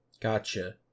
Gotcha